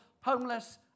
homeless